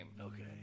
Okay